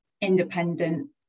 independent